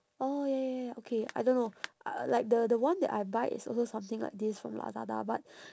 oh ya ya ya ya okay I don't know uh like the the one that I buy is also something like this from lazada but